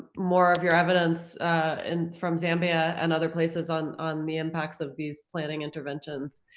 more of your evidence and from zambia and other places on on the impacts of these planning interventions.